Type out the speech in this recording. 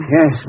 Yes